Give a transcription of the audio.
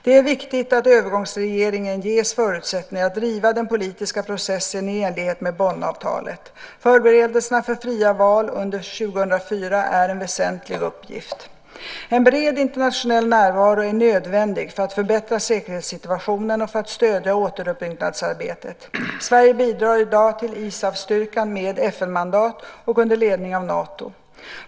Det är viktigt att övergångsregeringen ges förutsättningar att driva den politiska processen i enlighet med Bonnavtalet. Förberedelserna för fria val under 2004 är en väsentlig uppgift. En bred internationell närvaro är nödvändig för att förbättra säkerhetssituationen och för att stödja återuppbyggnadsarbetet. Sverige bidrar i dag till ISAF-styrkan med FN-mandat och under ledning av Nato.